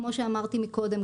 כמו שאמרתי מקודם,